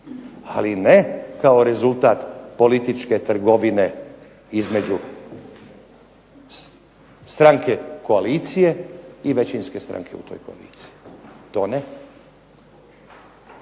ali ne kao rezultat političke trgovine između stranke koalicije i većinske stranke u toj koaliciji. To ne.